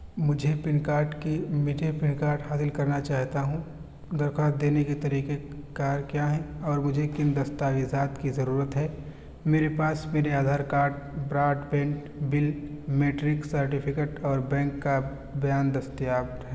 مجھے PAN card کی مجھے پین کارڈ حاصل کرنا چاہتا ہوں درخواست دینے کے طریقہ کار کیا ہیں اور مجھے کن دستاویزات کی ضرورت ہے میرے پاس میرے Aadhaar card broadband bill matric certificate اور بینک کا بیان دستیاب ہے